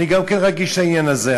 אני גם כן רגיש לעניין הזה.